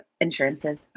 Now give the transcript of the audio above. insurances